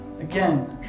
again